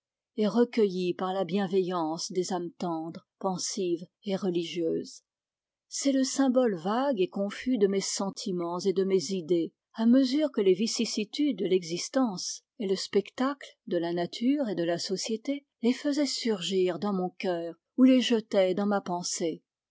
et recueillies par la bienveillance des ames tendres pensives et religieuses c est le symbole vague et confus de mes sentimens et de mes idées à mesure que les vicissitudes de l'existence et le spectacle de la nature et de la société les faisaient surgir dans mon cœur ou les jetaient dans ma pensée